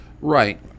Right